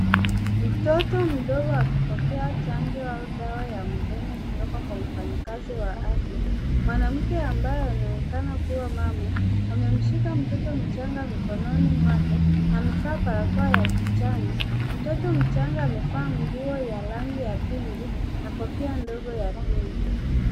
Mtoto mdogo akipokea chanjo au dawa ya mdomo kutoka kwa mfanyikazi wa afya. Mwanamke ambaye anaonekana kuwa mama, amemshika mtoto mchanga mikononi mwake na amevaa barakoa ya kijani. Mtoto mchanga amevaa nguo ya rangi ya pinki na kofia ndogo ya pinki.